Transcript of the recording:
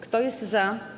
Kto jest za?